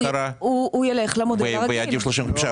האם הוא יוותר על הוצאות השכר שלו להכרה ויעדיף 35%?